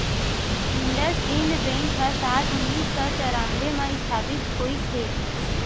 IndusInd bank ह साल उन्नीस सौ चैरानबे म इस्थापित होइस हे